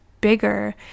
bigger